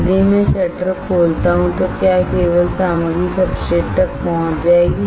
यदि मैं शटर खोलता हूं तो क्या केवल सामग्री सब्सट्रेट तक पहुंच जाएगी